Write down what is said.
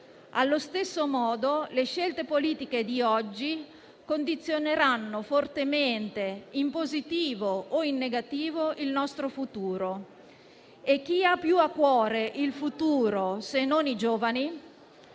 Allo stesso modo, le scelte politiche di oggi condizioneranno fortemente in positivo o in negativo il nostro futuro e chi ha più a cuore il futuro, se non i giovani?